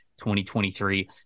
2023